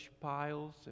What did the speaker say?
piles